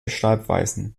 schreibweisen